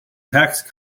taxi